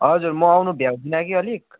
हजुर म आउनु भ्याउँदिनँ कि अलिक